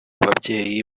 babyeyi